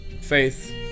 Faith